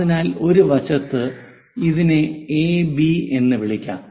അതിനാൽ ഒരു വശത്ത് ഇതിനെ എ ബി എന്ന് വിളിക്കാം